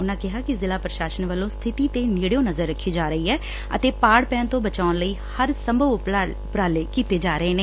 ਉਨਾਂ ਕਿਹਾ ਕਿ ਜ਼ਿਲਾ ਪ੍ਰਸ਼ਾਸਨ ਵੱਲੋਂ ਸਬਿਤੀ ਤੇ ਨੇੜਿਓਂ ਨਜ਼ਰ ਰੱਖੀ ਜਾ ਰਹੀ ਐ ਅਤੇ ਪਾੜ ਪੈਣ ਤੋਂ ਬਚਾਉਣ ਲਈ ਹਰ ਸੰਭਵ ਉਪਰਾਲੇ ਕੀਤੇ ਜਾ ਰਹੇ ਨੇ